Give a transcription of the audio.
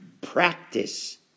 practice